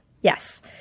Yes